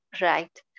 right